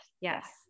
Yes